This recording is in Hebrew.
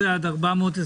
הוועדה.